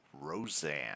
Roseanne